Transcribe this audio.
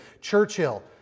Churchill